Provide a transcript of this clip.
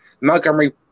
Montgomery